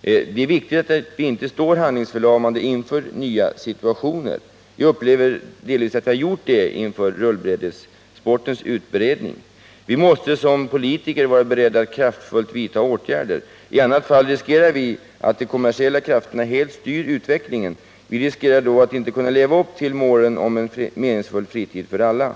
Det är viktigt att vi inte står handlingsförlamade inför nya situationer. Jag tycker att vi delvis har gjort det inför rullbrädessportens utbredning. Vi måste som politiker vara beredda att vidta kraftfulla åtgärder. I annat fall riskerar vi att de kommersiella krafterna helt styr utvecklingen. Vi riskerar då också att inte kunna leva upp till målet om en meningsfull fritid för alla.